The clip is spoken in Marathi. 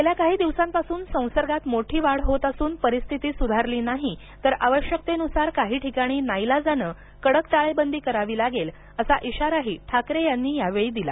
गेल्या काही दिवसांपासून संसर्गात मोठी वाढ होत असून परिस्थिती सुधारली नाही तर आवश्यकतेनुसार काही ठिकाणी नाईलाजाने कडक टाळेबंदी करावी लागेल असा इशाराही ठाकरे यांनी यावेळी दिला